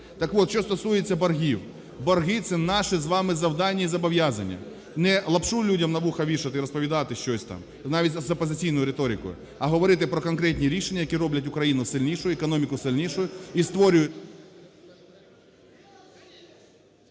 Так от, що стосується боргів. Борги – це наше з вами завдання і зобов'язання, не лапшу людям на вуха вішати і розповідати щось там, навіть з опозиційною риторикою, а говорити про конкретні рішення, які роблять Україну сильнішою, економікою сильнішою і створюють…